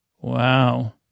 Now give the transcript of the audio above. Wow